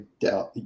doubt